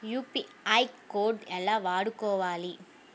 UPI code ఎలా వాడుకోవాలి?